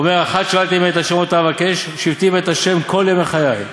ואומר: אחת שאלתי מאת ה' אותה אבקש שבתי בבית ה' כל ימי חיי,